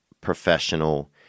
professional